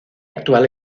actual